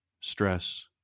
stress